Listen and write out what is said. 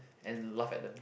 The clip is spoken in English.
and laugh at them